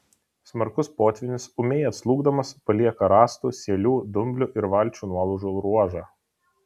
smarkus potvynis ūmiai atslūgdamas palieka rąstų sielių dumblių ir valčių nuolaužų ruožą